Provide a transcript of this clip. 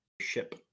ship